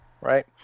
right